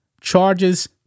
Charges